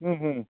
ᱦᱩᱸ ᱦᱩᱸ